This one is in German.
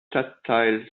stadtteil